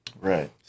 right